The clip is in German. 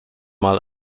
mal